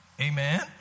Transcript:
Amen